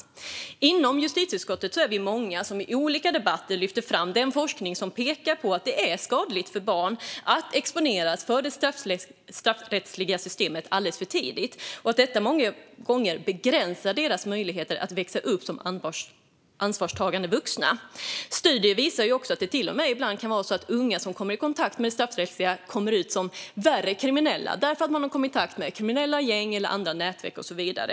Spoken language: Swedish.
Vi är många i justitieutskottet som i olika debatter har lyft fram den forskning som pekar på att det är skadligt för barn att exponeras för det straffrättsliga systemet för tidigt och att detta många gånger begränsar deras möjligheter att växa upp som ansvarstagande vuxna. Studier visar också att unga som kommer i kontakt med det straffrättsliga ibland till och med kommer ut som värre kriminella, för de har kommit i kontakt med kriminella gäng eller andra nätverk och så vidare.